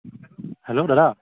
hello দাদা